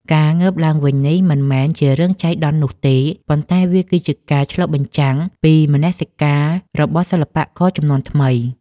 ការងើបឡើងវិញនេះមិនមែនជារឿងចៃដន្យនោះទេ ប៉ុន្តែវាគឺជាការឆ្លុះបញ្ចាំងពីមនសិការរបស់សិល្បករជំនាន់ថ្មី។